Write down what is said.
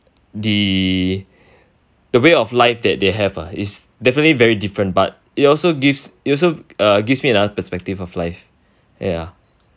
the the way of life that they have lah is definitely very different but it also gives it also uh gives me another perspective of life ya